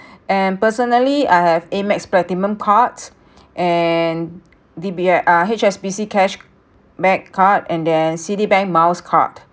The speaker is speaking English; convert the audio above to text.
and personally I have Amex platinum cards and D_B_S uh H_S_B_C cash back card and then Citibank miles card